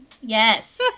Yes